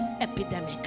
epidemic